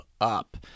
up